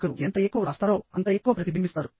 ఒకరు ఎంత ఎక్కువ వ్రాస్తారో అంత ఎక్కువ ప్రతిబింబిస్తారు